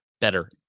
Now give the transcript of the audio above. better